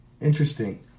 Interesting